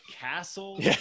castle